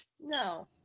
No